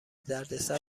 دردسر